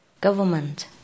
government